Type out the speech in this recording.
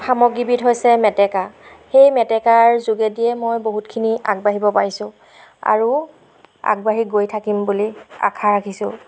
সামগ্ৰীবিধ হৈছে মেটেকা সেই মেটেকাৰ যোগেদিয়ে মই বহুতখিনি আগবাঢ়িব পাৰিছোঁ আৰু আগবাঢ়ি গৈ থাকিম বুলি আশা ৰাখিছোঁ